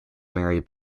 marry